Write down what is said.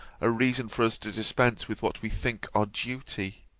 a reason for us to dispense with what we think our duty?